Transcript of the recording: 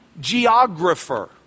geographer